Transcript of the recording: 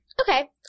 okay